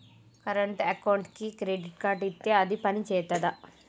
Current అకౌంట్కి credit card ఇత్తే అది పని చేత్తదా?